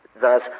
Thus